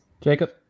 Jacob